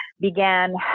began